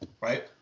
Right